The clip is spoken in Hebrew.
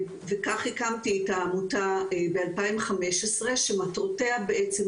כך הקמתי את העמותה ב-2015 שמטרותיה בעצם